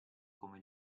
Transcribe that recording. come